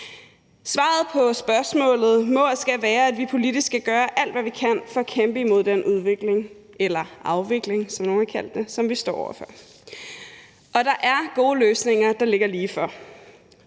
Svaret på spørgsmålet må og skal være, at vi politisk skal gøre alt, hvad vi kan, for at kæmpe imod den udvikling – eller afvikling, som nogle har kaldt det – som vi står over for. Og der er gode løsninger, der ligger lige for,